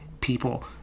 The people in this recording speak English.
people